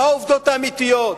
מה העובדות האמיתיות?